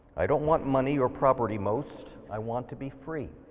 i don't want money or property most i want to be free.